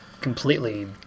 completely